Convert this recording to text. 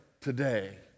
today